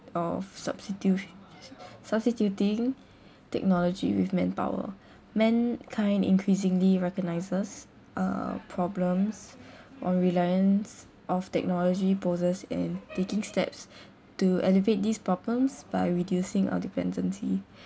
of substitut~ substituting technology with manpower mankind increasingly recognises uh problems our reliance of technology poses and taking steps to alleviate these problems by reducing our dependency